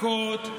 כל הצעקות,